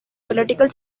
political